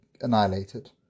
annihilated